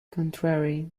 contrary